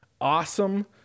awesome